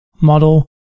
model